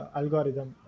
algorithm